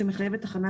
רחב.